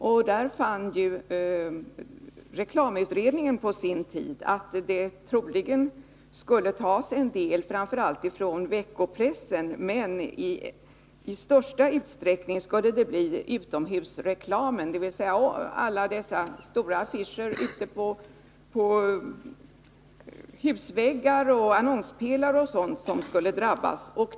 Reklamutredningen fann ju på sin tid att det troligen skulle tas en del framför allt från veckopressen, men i största utsträckning skulle det bli utomhusreklamen, dvs. alla dessa stora affischer ute på husväggar, annonspelare m.m., som skulle drabbas.